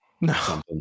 No